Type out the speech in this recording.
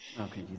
Okay